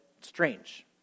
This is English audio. strange